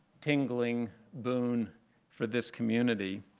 tingling boon for this community.